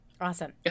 Awesome